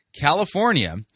California